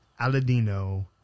Aladino